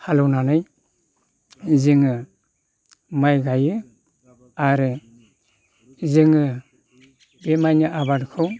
हालेवनानै जोङो माइ गायो आरो जोङो बे माइनि आबादखौ